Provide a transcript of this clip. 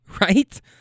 right